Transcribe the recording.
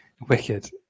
Wicked